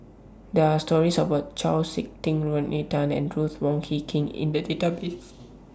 There Are stories about Chau Sik Ting Rodney Tan and Ruth Wong Hie King in The Database